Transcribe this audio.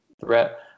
threat